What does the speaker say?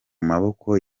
maboko